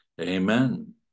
Amen